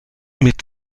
mit